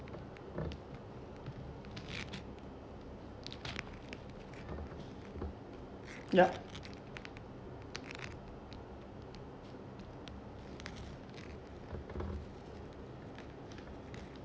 ya